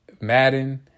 Madden